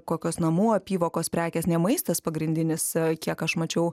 kokios namų apyvokos prekės ne maistas pagrindinis kiek aš mačiau